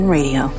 Radio